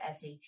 SAT